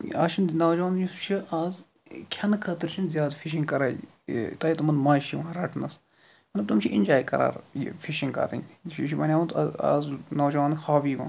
آز چھُ نہِ نوجوان یُس چھُ آز کھینہٕ خٲطرٕ چھُ نہٕ زیادٕ فِشِنگ کرانی یہ تِمن مزٕ چھُ یِوان رٹنس مطلب تم چھُ اِنجاے کران فِشنگ کرٕنۍ یہ چھُ بنیومُت آز نوجوانن ہابی